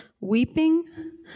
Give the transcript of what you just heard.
Weeping